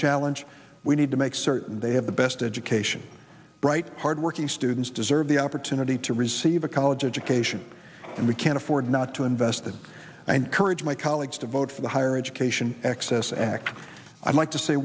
challenge we need to make certain they have the best education bright hardworking students deserve the opportunity to receive a college education and we can't afford not to invest it and courage my colleagues to vote for the higher education access act i'd like to say